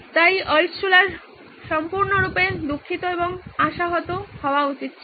তাই আল্টশুলার সম্পূর্ণরূপে দুঃখিত এবং আশাহত হওয়া উচিত ছিল